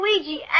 Luigi